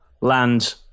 land